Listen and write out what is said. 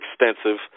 extensive